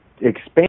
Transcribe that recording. expand